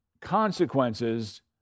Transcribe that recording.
consequences